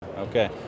Okay